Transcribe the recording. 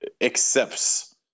accepts